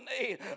need